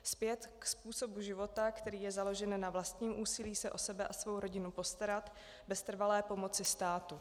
Zpět k způsobu života, který je založen na vlastním úsilí se o sebe a svou rodinu postarat, bez trvalé pomoci státu.